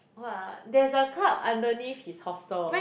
what ah there's a club underneath his hostel